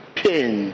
pain